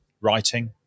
writing